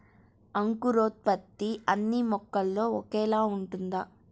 అంకురోత్పత్తి అన్నీ మొక్కల్లో ఒకేలా ఉంటుందా?